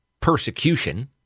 persecution